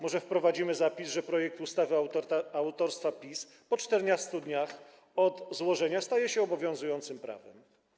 Może wprowadzimy zapis, że projekt ustawy autorstwa PiS po 14 dniach od złożenia staje się obowiązującym prawem?